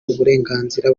uburenganzira